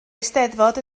eisteddfod